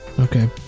Okay